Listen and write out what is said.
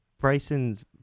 Bryson's